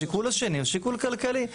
השיקול השני הוא שיקול כלכלי.